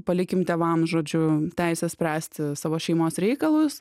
palikim tėvam žodžiu teisę spręsti savo šeimos reikalus